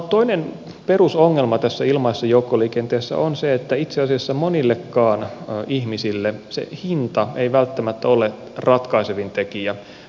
toinen perusongelma tässä ilmaisessa joukkoliikenteessä on se että itse asiassa monillekaan ihmisille se hinta ei välttämättä ole ratkaisevin tekijä kulkumuodon valinnassa